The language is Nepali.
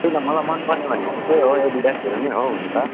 त्यही त मलाई मनपर्ने भनेको थुप्रै हो एडिडासहरू पनि हो हुनु त